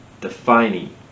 Defining